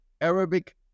Arabic